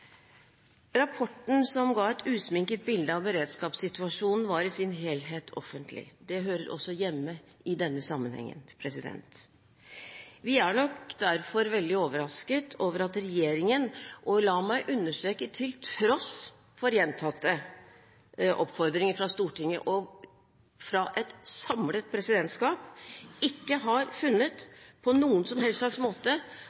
Rapporten, som ga et usminket bilde av beredskapssituasjonen, var i sin helhet offentlig. Det hører hjemme også i denne sammenhengen. Vi er nok derfor veldig overrasket over at regjeringen – la meg understreke det – til tross for gjentatte oppfordringer fra Stortinget og fra et samlet presidentskap ikke har funnet, på noen som helst måte,